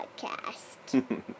podcast